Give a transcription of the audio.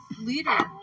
leader